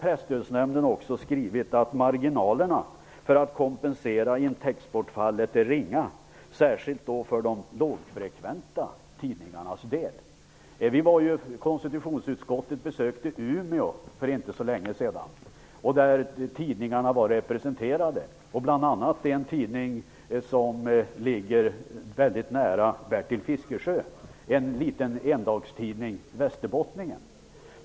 Presstödsnämnden har också skrivit att marginalerna för att kompensera intäktsbortfallet är ringa, särskilt för de lågfrekventa tidningarnas del. Konstitutionsutskottet besökte Umeå för inte så länge sedan. Då var också tidningarna representerade, bl.a. en tidning som ligger nära Bertil Fiskesjö, nämligen Västerbottningen.